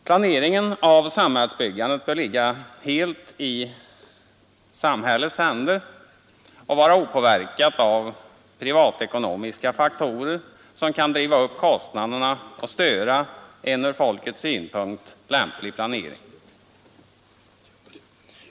Planeringen av samhällsbyggandet bör ligga helt i samhällets händer och vara opåverkad av privatekonomiska faktorer som kan driva upp kostnaderna och störa en ur folkets synpunkt lämplig planering.